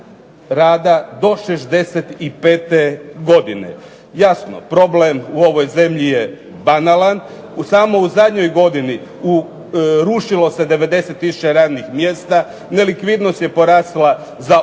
do 65 godine. Jasno problem u ovoj zemlji je banalan, samo u zadnjoj godini rušilo se 90 tisuća radnih mjesta, nelikvidnost je porasla za